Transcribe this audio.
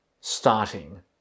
starting